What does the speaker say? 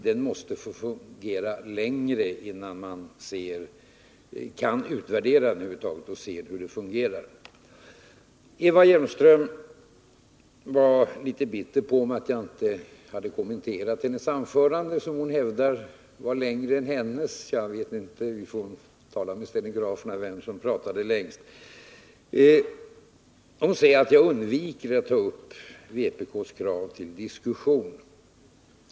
Det måste få fungera längre tid innan man kan utvärdera det. Eva Hjelmström var litet bitter över att jag inte hade kommenterat hennes anförande. Hon hävdade också att mitt anförande var längre än hennes. Jag kan inte uttala mig om det sistnämnda, men vi får väl höra med stenograferna om vem som talade längst. Hon sade att jag undvek att ta upp vpk:s krav till diskussion.